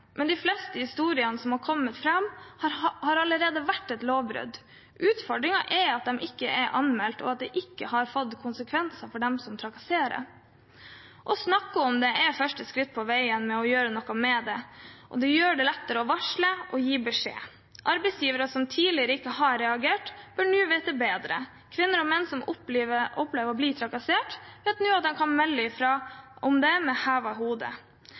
men de fleste historiene som har kommet fram, har allerede vært et lovbrudd. Utfordringen er at de ikke er anmeldt, og at det ikke har fått konsekvenser for dem som trakasserer. Å snakke om det er første skritt på veien mot å gjøre noe med det, og det gjør det lettere å varsle og gi beskjed. Arbeidsgivere som tidligere ikke har reagert, bør nå vite bedre. Kvinner og menn som opplever å bli trakassert, vet nå at de kan melde fra om det med